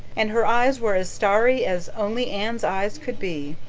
and her eyes were as starry as only anne's eyes could be.